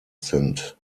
sind